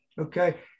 Okay